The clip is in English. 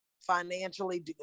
financially